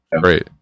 Great